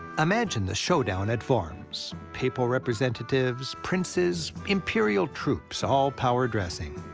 imagine the showdown at worms papal representatives, princes, imperial troops, all power-dressing.